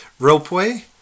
ropeway